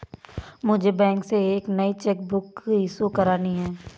मुझे बैंक से एक नई चेक बुक इशू करानी है